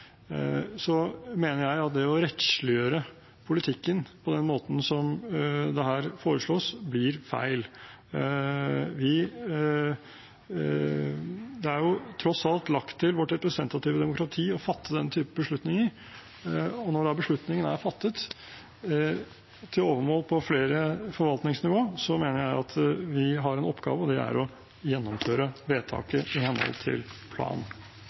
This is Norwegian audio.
alt lagt til vårt representative demokrati å fatte den type beslutninger, og når beslutningen er fattet, til overmål på flere forvaltningsnivåer, mener jeg at vi har én oppgave, og det er å gjennomføre vedtaket i henhold til planen.